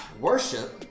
Worship